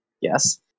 Yes